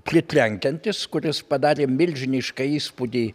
pritrenkiantis kuris padarė milžinišką įspūdį